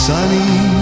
Sunny